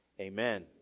Amen